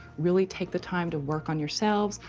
really take the time to work on yourselves,